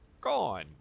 gone